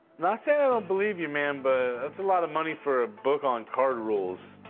not saying i don't believe you, man. but that's a lot of money for a book on card rules.